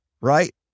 right